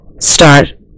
start